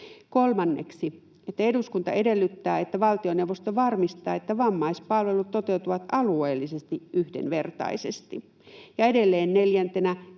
Kolmanneksi: ”Eduskunta edellyttää, että valtioneuvosto varmistaa, että vammaispalvelut toteutuvat alueellisesti yhdenvertaisesti.” Edelleen neljäntenä: